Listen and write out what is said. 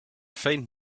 faint